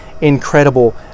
incredible